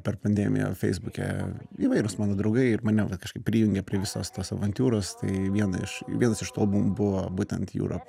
per pandemiją feisbuke įvairūs mano draugai ir mane va kažkaip prijungė prie visos tos avantiūros tai viena iš vienas iš tų albumų buvo būtent jūra